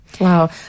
Wow